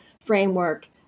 framework